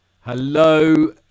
hello